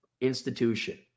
institution